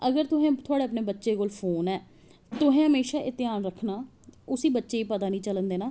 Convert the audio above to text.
अगर थोआड़े बच्चे कोल फोन ऐ तुसें हमेशा एह् ध्यान रक्खना उस बच्चे गी पता नी चलन देना